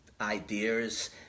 ideas